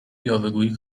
یاوهگویی